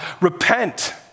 Repent